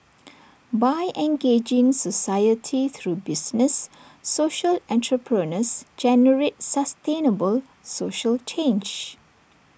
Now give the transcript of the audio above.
by engaging society through business social entrepreneurs generate sustainable social change